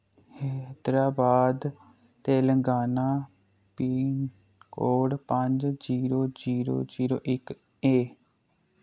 Hyderabad Telangana pin code पंज zero zero zero इक ऐ